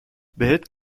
بهت